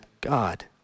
God